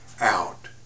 out